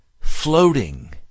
floating